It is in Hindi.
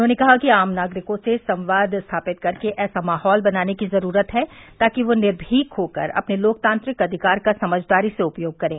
उन्होंने कहा कि आम नागरिकों से संवाद स्थापित कर ऐसा माहौल बनाने की ज़रूरत है ताकि वह निर्भीक होकर अपने लोकतांत्रिक अधिकार का समझदारी से उपयोग करें